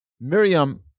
Miriam